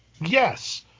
Yes